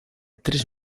tres